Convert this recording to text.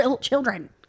children